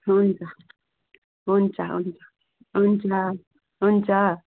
हुन्छ हुन्छ हुन्छ हुन्छ हुन्छ